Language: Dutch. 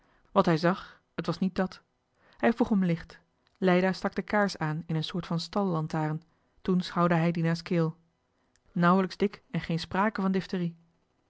wat hij zag het was niet dat hij vroeg om licht leida stak de kaars aan in een soort van stallantaarn toen schouwde hij dina's keel nauwelijks dik en geen sprake van diphterie